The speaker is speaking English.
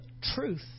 truth